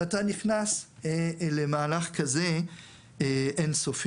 אתה נכנס למהלך כזה אין-סופי.